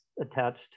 attached